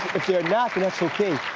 if they're not then that's ok.